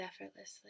effortlessly